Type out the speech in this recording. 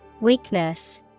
Weakness